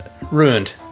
ruined